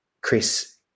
Chris